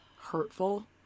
Hurtful